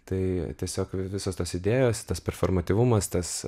tai tiesiog visos tos idėjos tas performatyvumas tas